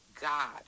God